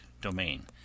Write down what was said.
domain